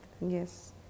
Yes